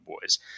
boys